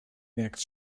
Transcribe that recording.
werkt